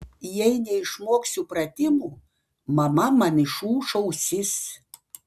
jei neišmoksiu pratimų mama man išūš ausis